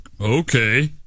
okay